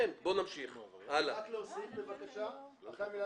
בסיטואציות כאלה שהרישיון